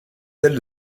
sels